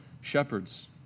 shepherds